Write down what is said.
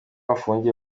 afungiye